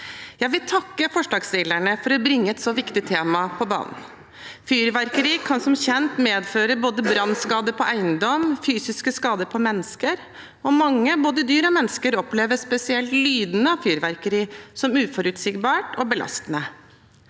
Jeg vil takke forslagsstillerne for at de bringer et så viktig tema på banen. Fyrverkeri kan som kjent medføre både brannskade på eiendom og fysiske skader på mennesker, og mange – både dyr og mennesker – opplever spesielt lydene av fyrverkeri som uforutsigbare og belastende.